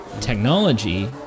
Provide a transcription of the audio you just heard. Technology